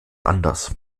anders